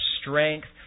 strength